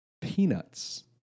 Peanuts